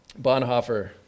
Bonhoeffer